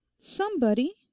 Somebody